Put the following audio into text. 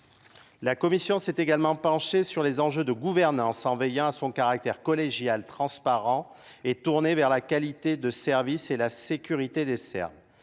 La Commission s'est également penchée sur les enjeux de gouvernance en veillant à son caractère collégial transparent et tourné v.. La qualité de service et et la sécurité des Serbes